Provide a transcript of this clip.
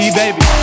baby